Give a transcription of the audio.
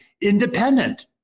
independent